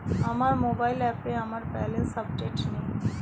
আমার মোবাইল অ্যাপে আমার ব্যালেন্স আপডেটেড নেই